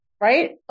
right